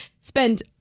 spend